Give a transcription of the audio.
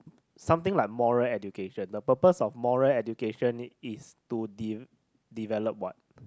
something like moral education the purpose of moral education is to de~ develop what